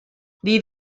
wie